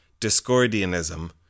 Discordianism